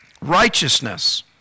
righteousness